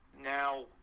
Now